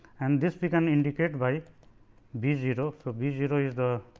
and this we can indicate by b zero. so, b zero is the